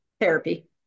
therapy